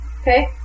okay